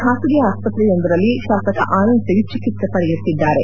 ಖಾಸಗಿ ಆಸ್ಪತ್ರೆಯೊಂದರಲ್ಲಿ ಶಾಸಕ ಆನಂದ್ಸಿಂಗ್ ಚಿಕಿತ್ಸೆ ಪಡೆಯುತ್ತಿದ್ದಾರೆ